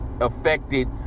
affected